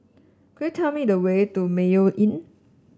could you tell me the way to Mayo Inn